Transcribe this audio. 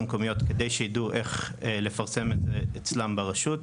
המקומיות כדי שידעו איך לפרסם אצלם ברשות.